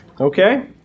Okay